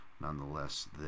nonetheless